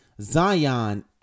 Zion